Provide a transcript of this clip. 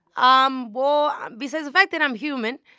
um well, um besides the fact that i'm human.